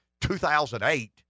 2008